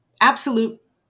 absolute